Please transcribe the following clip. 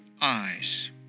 eyes